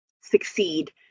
succeed